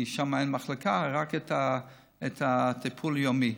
כי שם אין מחלקה, רק טיפול יומי.